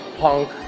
punk